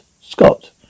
Scott